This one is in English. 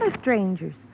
strangers